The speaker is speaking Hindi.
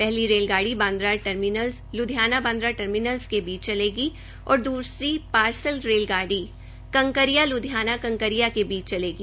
पहली रेल गाड़ी बांद्रा टर्मिनस लूधियाना बांद्रा टर्मिनस के बीच चलेगी और दूसरी पार्सल रेल गाड़ी कंकरिया लुधियाना कंकरिया के बीच चलेगी